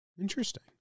Interesting